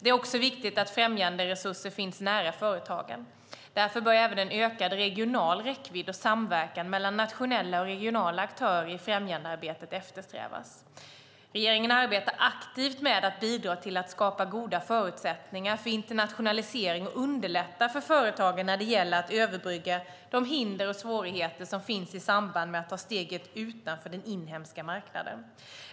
Det är också viktigt att främjanderesurser finns nära företagen. Därför bör även en ökad regional räckvidd och samverkan mellan nationella och regionala aktörer i främjandearbetet eftersträvas. Regeringen arbetar aktivt med att bidra till att skapa goda förutsättningar för internationalisering och underlätta för företagen när det gäller att överbrygga de hinder och svårigheter som finns i samband med att ta steget utanför den inhemska marknaden.